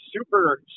super